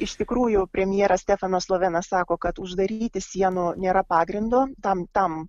iš tikrųjų premjeras stefanas lovenas sako kad uždaryti sienų nėra pagrindo tam tam